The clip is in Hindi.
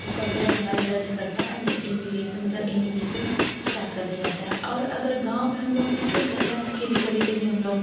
वो कंप्लेन हमारी दर्ज करता है और इंविटेसन मतलब इंविकेसन स्टार्ट कर दिया जाता है और अगर गाँव में हम लोग हैं तो सरपंच के भी कभी कभी हम लोग